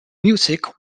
music